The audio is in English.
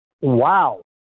Wow